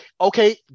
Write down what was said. okay